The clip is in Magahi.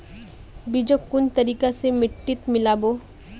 बीजक कुन तरिका स मिट्टीत मिला बो